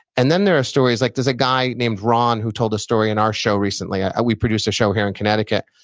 and then there are stories, like there's a guy named ron who told a story in our show recently. we produce a show here in connecticut.